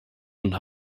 und